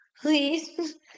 please